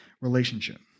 relationship